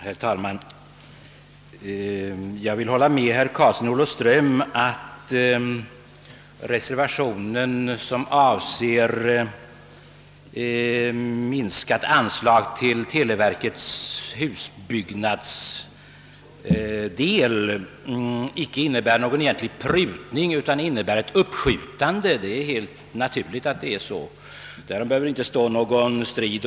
Herr talman! Jag håller med herr Karlsson i Olofström om att reservationen som avser minskat anslag till televerkets husbyggnader inte innebär någon egentlig prutning utan bara ett uppskjutande, och därom behöver det väl inte stå någon strid.